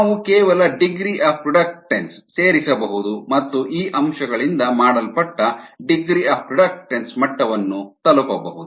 ನಾವು ಕೇವಲ degree of reductance ಸೇರಿಸಬಹುದು ಮತ್ತು ಈ ಅಂಶಗಳಿಂದ ಮಾಡಲ್ಪಟ್ಟ ಡಿಗ್ರೀ ಆಫ್ ರಿಡಕ್ಟನ್ಸ್ ಮಟ್ಟವನ್ನು ತಲುಪಬಹುದು